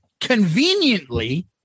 conveniently